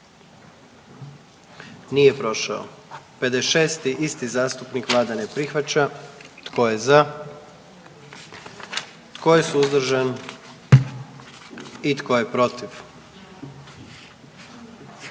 dio zakona. 44. Kluba zastupnika SDP-a, vlada ne prihvaća. Tko je za? Tko je suzdržan? Tko je protiv?